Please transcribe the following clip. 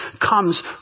comes